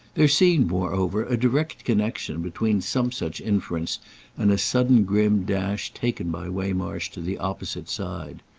there seemed moreover a direct connexion between some such inference and a sudden grim dash taken by waymarsh to the opposite side.